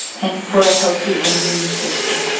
and for a healthy immune system.